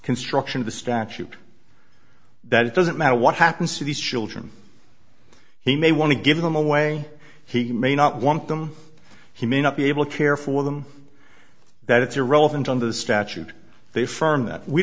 construction of the statute that it doesn't matter what happens to these children he may want to give them away he may not want them he may not be able to care for them that it's irrelevant under the statute they firm that we